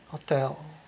hotel